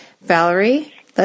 Valerie